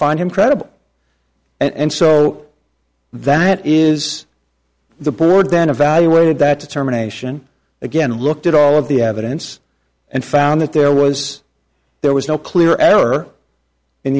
find him credible and so that is the board then evaluated that determination again looked at all of the evidence and found that there was there was no clear error